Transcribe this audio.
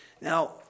Now